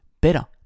better